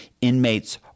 inmates –